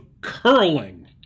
curling